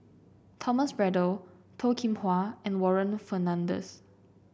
Thomas Braddell Toh Kim Hwa and Warren Fernandez